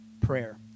prayer